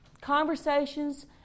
Conversations